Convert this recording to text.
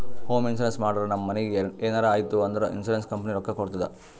home insurance ಮಾಡುರ್ ನಮ್ ಮನಿಗ್ ಎನರೇ ಆಯ್ತೂ ಅಂದುರ್ ಇನ್ಸೂರೆನ್ಸ್ ಕಂಪನಿ ರೊಕ್ಕಾ ಕೊಡ್ತುದ್